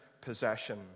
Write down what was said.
possession